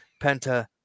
Penta